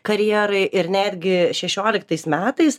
karjerai ir netgi šešioliktais metais